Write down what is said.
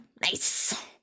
nice